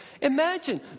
Imagine